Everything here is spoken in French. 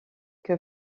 que